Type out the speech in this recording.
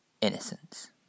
innocence